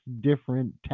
different